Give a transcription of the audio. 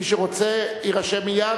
מי שרוצה, יירשם מייד.